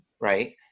right